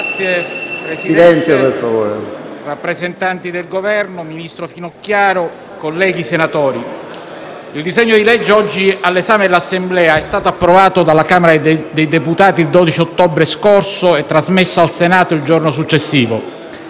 Signor Presidente, rappresentanti del Governo, ministro Finocchiaro, colleghi senatori, il disegno di legge oggi all'esame dell'Assemblea è stato approvato dalla Camera dei deputati il 12 ottobre scorso e trasmesso al Senato il giorno successivo.